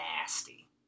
nasty